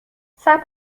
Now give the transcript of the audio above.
صبر